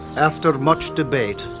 after much debate,